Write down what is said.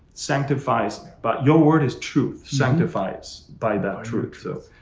sanctify. so but your word is truth. sanctify us by that truth.